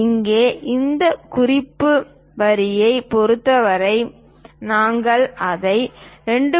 இங்கே இந்த குறிப்பு வரியைப் பொறுத்தவரை நாங்கள் அதை 2